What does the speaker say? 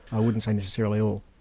i wouldn't say necessarily all.